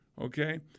Okay